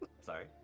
Sorry